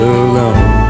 alone